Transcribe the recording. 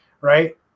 right